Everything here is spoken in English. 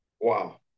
Wow